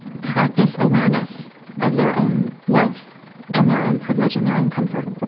practice awareness of their own wealth and their own privilege and their own comfort.